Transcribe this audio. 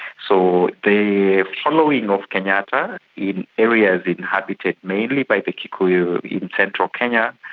so the following of kenyatta in areas inhabited mainly by the kikuyu in central kenya,